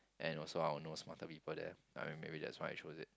and also I want to know smarter people there I think maybe that's why I choose it